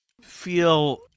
feel